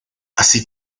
así